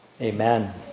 Amen